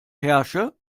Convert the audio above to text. herrsche